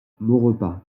maurepas